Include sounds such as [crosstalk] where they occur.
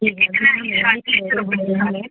[unintelligible]